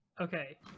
Okay